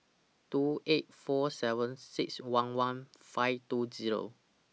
two eight four seven six one one five two Zero